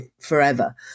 forever